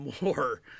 more